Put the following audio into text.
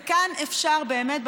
וכאן אפשר באמת,